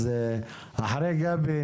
אחרי גבי,